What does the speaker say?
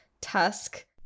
Tusk